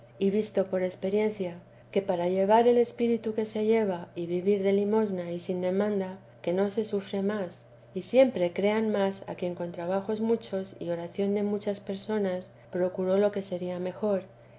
y visto por experiencia que para llevar el espíritu que se lleva y vivir de limosna y sin demanda no se sufre más y siempre crean más a quien con trabajos muchos y oración de muchas personas procuró lo que sería mejor